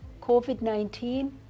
COVID-19